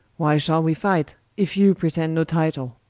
why shall we fight, if you pretend no title?